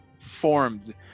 formed